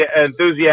enthusiasm